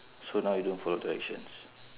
so now you don't follow directions